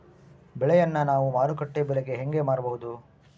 ಬೆಳೆಯನ್ನ ನಾವು ಮಾರುಕಟ್ಟೆ ಬೆಲೆಗೆ ಹೆಂಗೆ ಮಾರಬಹುದು?